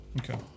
Okay